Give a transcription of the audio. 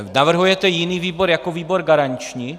Navrhujete jiný výbor jako výbor garanční?